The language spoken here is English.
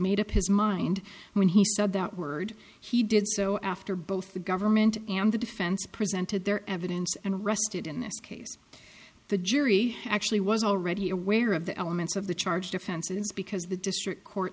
made up his mind when he said that word he did so after both the government and the defense presented their evidence and rested in this case the jury actually was already aware of the elements of the charge defenses because the district court